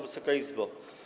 Wysoka Izbo!